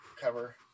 cover